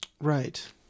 right